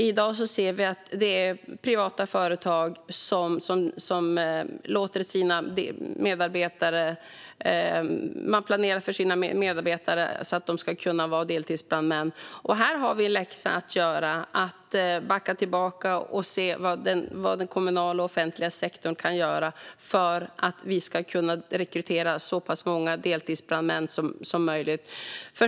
I dag ser vi att det är privata företag som planerar för sina medarbetare så att de ska kunna vara deltidsbrandmän. Här har vi en läxa att göra i att backa tillbaka och se vad den kommunala och offentliga sektorn kan göra för att vi ska kunna rekrytera så pass många deltidsbrandmän som möjligt.